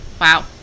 wow